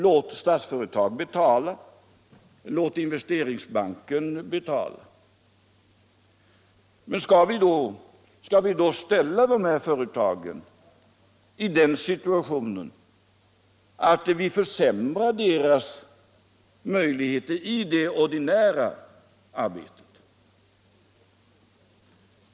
Låt Statsföretag och Investeringsbanken betala. Men skall vi då ställa dessa företag i en sådan situation att vi försämrar deras möjligheter i det ordinära arbetet?